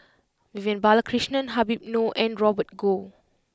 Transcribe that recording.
Vivian Balakrishnan Habib Noh and Robert Goh